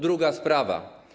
Druga sprawa.